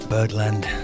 Birdland